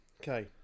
Okay